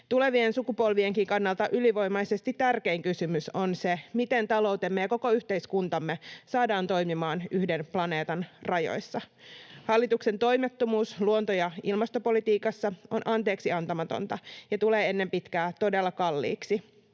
Tulevien sukupolvienkin kannalta ylivoimaisesti tärkein kysymys on se, miten taloutemme ja koko yhteiskuntamme saadaan toimimaan yhden planeetan rajoissa. Hallituksen toimettomuus luonto- ja ilmastopolitiikassa on anteeksiantamatonta ja tulee ennen pitkää todella kalliiksi.